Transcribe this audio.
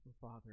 Father